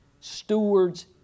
stewards